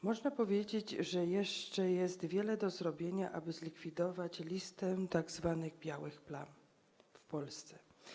Można powiedzieć, że jest jeszcze wiele do zrobienia, aby zlikwidować listę tzw. białych plam w Polsce.